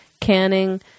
canning